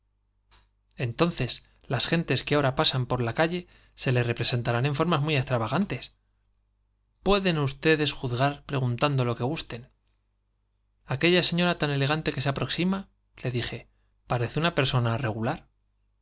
entonces las gentes que ahora pasan por la calle se le representarán en formas muy extrava gantes pueden ustedes lo que gusten juzgar preguntando aquella señora tan elegante que se aproxima le dije parece una persona regular